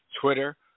Twitter